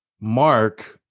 Mark